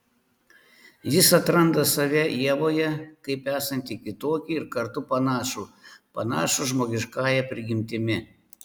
jis atranda save ievoje kaip esantį kitokį ir kartu panašų panašų žmogiškąja prigimtimi